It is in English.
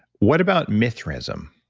what about mithraism?